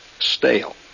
stale